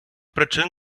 причин